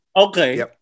Okay